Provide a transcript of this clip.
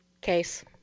Case